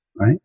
right